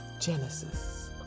Genesis